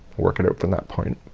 work it out from that point.